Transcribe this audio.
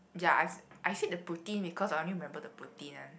ya I I said the poutine because I only remember the poutine one